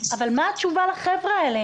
אבל מה התשובה לחבר'ה האלה?